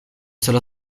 cela